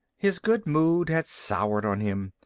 his good mood had soured on him.